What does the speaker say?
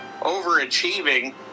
overachieving